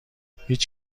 هیچ